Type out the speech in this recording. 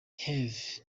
hervé